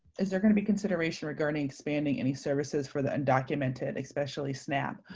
is there going to be consideration regarding expanding any services for the undocumented, especially snap?